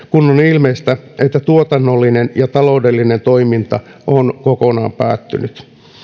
ilmeistä että tuotannollinen ja taloudellinen toiminta on kokonaan päättynyt